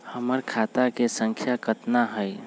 हमर खाता के सांख्या कतना हई?